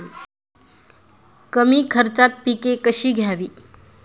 कमी खर्चात पिके कशी घ्यावी?